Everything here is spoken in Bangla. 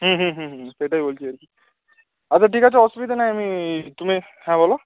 হুম হুম হুম হুম সেটাই বলছি আর কি আচ্ছা ঠিক আছে অসুবিধা নাই আমি তুমি হ্যাঁ বলো